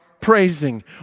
praising